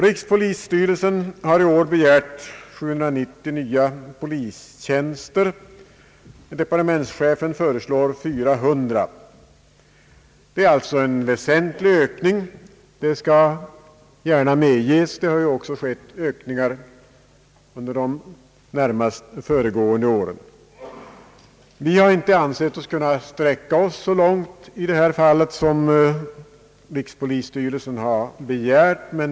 Rikspolisstyrelsen har i år begärt 790 nya polistjänster. Departementschefen föreslår 400, vilket innebär en väsentlig ökning — det skall gärna medges. Det har ju också skett ökningar under de närmast föregående åren. Vi har inte kunnat sträcka oss så långt i detta fall som rikspolisstyrelsen har begärt.